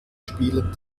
spielen